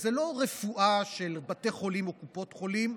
לא רפואה של בתי חולים או קופות חולים.